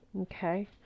okay